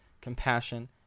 compassion